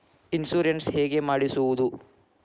Insurance ಹೇಗೆ ಮಾಡಿಸುವುದು?